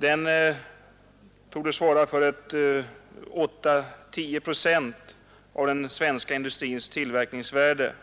Den torde svara för 8—10 procent av den svenska industrins tillverkningsvärde.